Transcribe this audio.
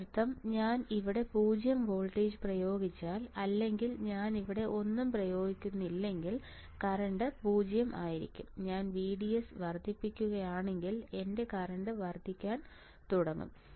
അതിനർത്ഥം ഞാൻ ഇവിടെ 0 വോൾട്ടേജ് പ്രയോഗിച്ചാൽ അല്ലെങ്കിൽ ഞാൻ ഇവിടെ ഒന്നും പ്രയോഗിക്കുന്നില്ലെങ്കിൽ കറന്റ് 0 ആയിരിക്കും ഞാൻ VDS വർദ്ധിപ്പിക്കുകയാണെങ്കിൽ എന്റെ കറന്റ് വർദ്ധിക്കാൻ തുടങ്ങും